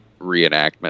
reenactment